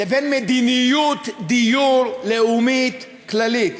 לבין מדיניות דיור לאומית כללית.